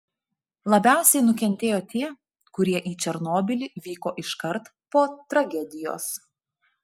labiausiai nukentėjo tie kurie į černobylį vyko iškart po tragedijos